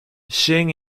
sean